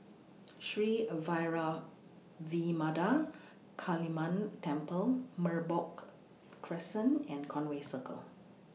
Sri Vairavimada Kaliamman Temple Merbok Crescent and Conway Circle